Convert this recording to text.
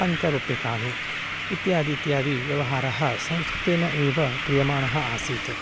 पञ्चरूप्यकाणि इत्यादि इत्यादि व्यवहारः संस्कृतेन एव क्रियमाणः आसीत्